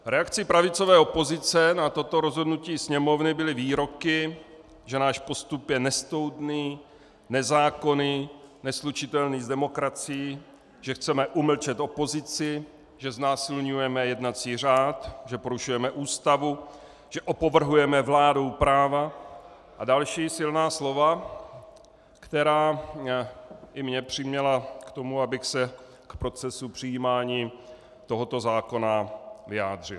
Reakcí pravicové opozice na toto rozhodnutí Sněmovny byly výroky, že náš postup je nestoudný, nezákonný, neslučitelný s demokracií, že chceme umlčet opozici, že znásilňujeme jednací řád, že porušujeme Ústavu, že opovrhujeme vládou práva, a další silná slova, která i mě přiměla k tomu, abych se k procesu přijímání tohoto zákona vyjádřil.